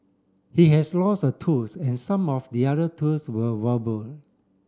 he has lost a tooth and some of the other tooth were wobble